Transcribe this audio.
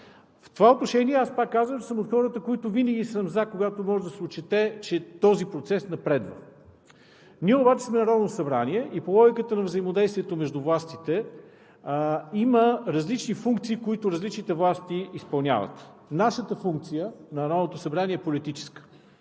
В това отношение, пак казвам, че съм от хората, които винаги съм „за“, когато може да се отчете, че този процес напредва. Ние обаче сме Народно събрание и по логиката на взаимодействието между властите има различни функции, които различните власти изпълняват. Нашата функция – на Народното събрание, е политическа.